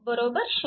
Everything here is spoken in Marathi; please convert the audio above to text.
बरोबर 0